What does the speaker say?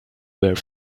were